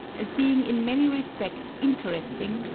as being in many respects interesting,